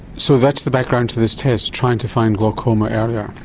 so that's the background to this test trying to find glaucoma earlier?